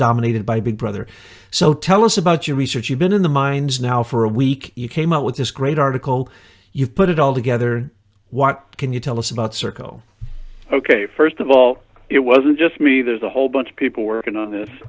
dominated by big brother so tell us about your research you've been in the mines now for a week you came up with this great article you put it all together what can you tell us about serco ok first of all it wasn't just me there's a whole bunch of people working on